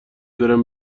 برم